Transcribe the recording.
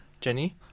Jenny